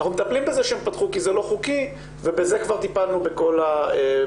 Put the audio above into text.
אנחנו מטפלים בזה שהם פתחו כי זה לא חוקי ובזה כבר טיפלנו בכל האירוע.